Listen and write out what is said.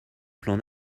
plan